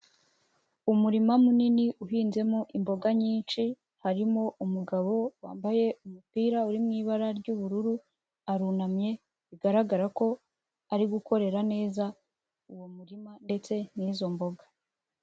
Umurima munini uhinzemo imboga nyinshi, harimo umugabo wambaye umupira uri mu ibara ry'ubururu, arunamye, bigaragara ko ari gukorera neza, uwo murima ndetse n'izo mboga.